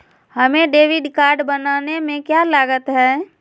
हमें debit card बनाने में का लागत?